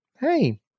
hey